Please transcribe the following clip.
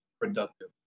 productive